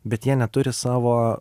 bet jie neturi savo